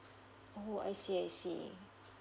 oh I see I see